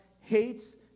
hates